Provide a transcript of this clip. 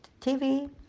TV